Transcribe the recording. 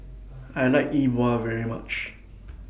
I like Yi Bua very much